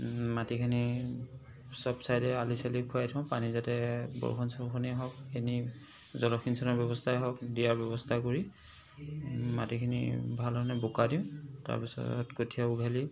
মাটিখিনি চব ছাইডে আলি চালি খুৱাই থওঁ পানী যাতে বৰষুণ চৰষুণেই হওক এনেই জলসিঞ্চনৰ ব্যৱস্থাই হওক দিয়াৰ ব্যৱস্থা কৰি মাটিখিনি ভাল ধৰণে বোকা দিওঁ তাৰপিছত কঠীয়া উঘালি